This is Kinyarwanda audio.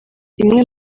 imwe